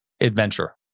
adventure